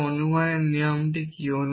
তাহলে অনুমানের নিয়ম কি